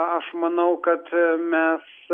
aš manau kad mes